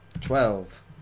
Twelve